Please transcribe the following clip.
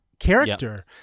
character